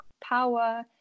power